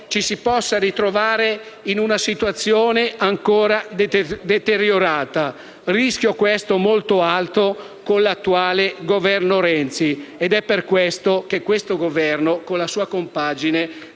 ci si possa ritrovare in una situazione ulteriormente deteriorata: rischio, questo, molto alto con l'attuale Governo Renzi. È per tale ragione che questo Governo, con la sua compagine,